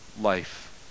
life